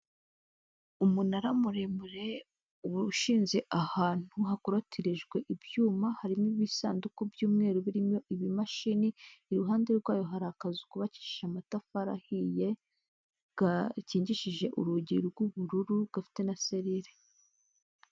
Umunara muremure ushinze ahantu hakorotirijwe ibyuma harimo ibisanduku by'umweru birimo ibimashini, iruhande rwayo hari akazu kubakishije amatafari ahiye gakingishije urugi rw'ubururu gafite na serire.